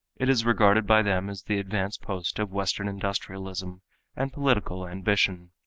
it is regarded by them as the advance post of western industrialism and political ambition.